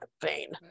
vein